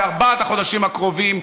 בארבעת החודשים הקרובים,